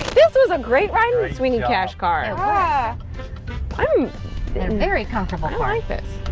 this is a great writer sweetie kashgar. and ah um they're very comfortable like this.